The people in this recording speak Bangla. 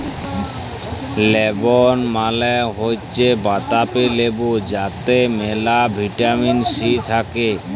লেমন মালে হৈচ্যে পাতাবি লেবু যাতে মেলা ভিটামিন সি থাক্যে